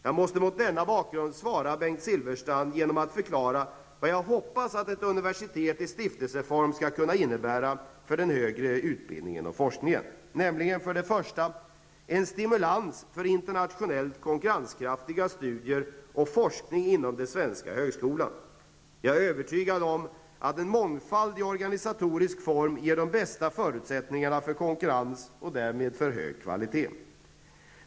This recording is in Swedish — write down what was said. Jag måste mot denna bakgrund svara Bengt Silfverstrand genom att förklara vad jag hoppas att ett universitet i stiftelseform skall kunna innebära för den högre utbildningen och forskningen. 1. En stimulans för internationellt konkurrenskraftiga studier och forskning inom den svenska högskolan. Jag är övertygad om att mångfald i organisatorisk form ger de bästa förutsättningarna för konkurrens och därmed för hög kvalitet.